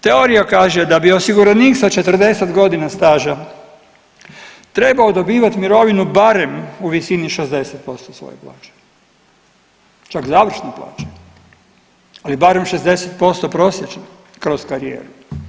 Teorija kaže da bi osiguranik sa 40 godina staža trebao dobivati mirovinu barem u visini 60% plaće, čak završne plaće, ali barem 60% prosječne kroz karijeru.